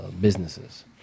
businesses